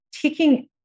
taking